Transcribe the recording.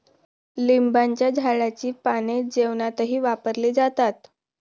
लिंबाच्या झाडाची पाने जेवणातही वापरले जातात